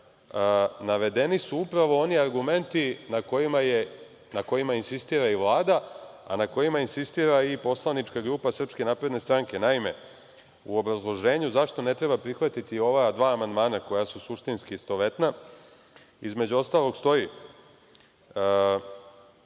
navedeni su upravo oni argumenti na kojima insistira i Vlada, a na kojima insistira i poslanička grupa SNS.Naime, u obrazloženju zašto ne treba prihvatiti ova dva amandmana koja su suštinski istovetna između ostalog stoji